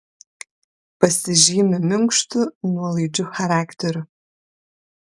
pasižymi minkštu nuolaidžiu charakteriu